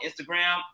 Instagram